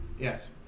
Yes